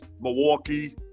Milwaukee